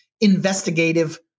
investigative